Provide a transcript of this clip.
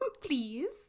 Please